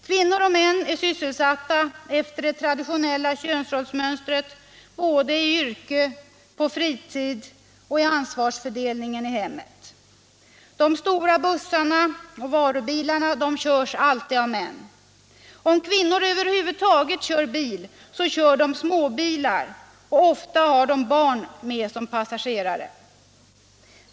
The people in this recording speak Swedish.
Kvinnor och män är sysselsatta efter det traditionella könsrollsmönstret både i yrke, på fritid och i ansvarsfördelningen i hemmet. De stora bussarna och varubilarna körs alltid av män. Om kvinnor över huvud taget kör bil så kör de småbilar och ofta har de barn med som passagerare.